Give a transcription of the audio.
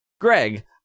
Greg